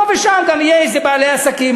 פה ושם יהיו גם בעלי עסקים,